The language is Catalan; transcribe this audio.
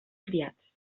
criats